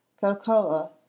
Cocoa